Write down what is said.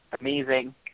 amazing